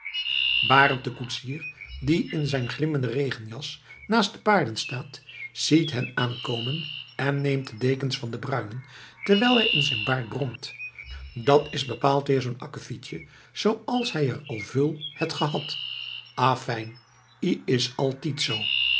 barend de koetsier die in zijn glimmende regenjas naast de paarden staat ziet hen aankomen en neemt de dekens van de bruinen terwijl hij in zijn baard bromt dat is bepoald weer zoo'n akkefietje zooals ie er al veul hêt gehad afijn ie is altied zoo